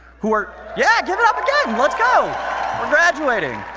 who are, yeah, give it up again, let's go. we're graduating.